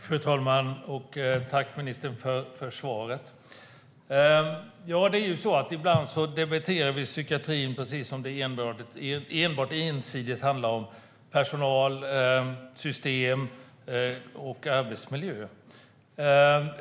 Fru talman! Tack, ministern, för svaren! Ibland debatterar vi psykiatrin precis som om det enbart och ensidigt handlar om personal, system och arbetsmiljö.